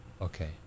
okay